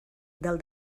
del